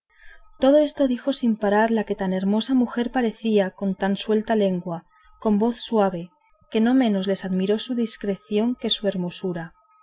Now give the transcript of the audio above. todo esto dijo sin parar la que tan hermosa mujer parecía con tan suelta lengua con voz tan suave que no menos les admiró su discreción que su hermosura